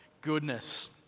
goodness